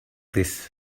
this